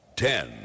Ten